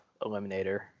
eliminator